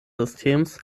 systems